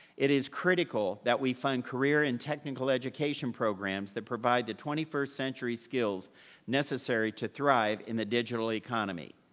it is critical that we fund career and technical education programs that provide the twenty first century skills necessary to thrive in the digital economy.